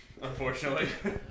unfortunately